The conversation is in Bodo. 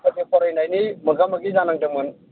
कलेज फरायनायनि मोगा मोगि जानांदोंमोन